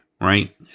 right